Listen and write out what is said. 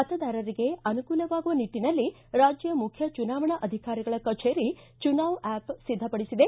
ಮತದಾರರಿಗೆ ಅನುಕೂಲವಾಗುವ ನಿಟ್ಟಿನಲ್ಲಿ ರಾಜ್ಯ ಮುಖ್ಯ ಚುನಾವಣಾ ಅಧಿಕಾರಿಗಳ ಕಛೇರಿ ಚುನಾವ್ ಆ್ಯಪ್ ಸಿದ್ದಪಡಿಸಿದೆ